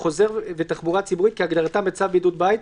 "חוזר" ו"תחבורה ציבורית" כהגדרתם בצו בידוד בית,